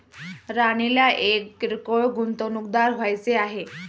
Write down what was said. राणीला एक किरकोळ गुंतवणूकदार व्हायचे आहे